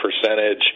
percentage